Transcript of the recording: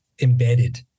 embedded